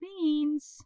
beans